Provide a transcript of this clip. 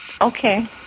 Okay